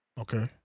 Okay